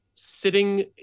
sitting